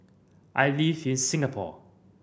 I live in Singapore